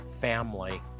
family